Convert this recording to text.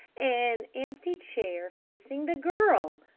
an empty chair facing the girl!